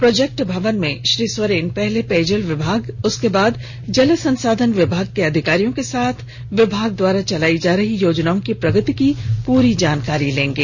project Bhavan में श्री सोरेन पहले पेयजल विभाग उसके बाद जल संसाधन विभाग के अधिकारियों के साथ विभाग द्वारा चलायी जा रही योजनाओं की प्रगति की पूरी जानकारी लेंगे